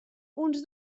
uns